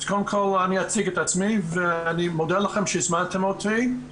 אני מודה לכם שהזמנתם אותי.